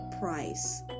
price